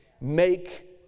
make